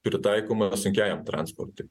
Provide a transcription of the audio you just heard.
pritaikomas sunkiajam transportui